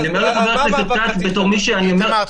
אני אומר לחבר הכנסת כץ בתור מי ש --- איתמר,